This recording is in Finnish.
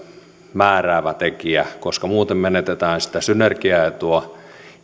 määräävä tekijä koska muuten menetetään sitä synergiaetua